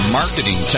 marketing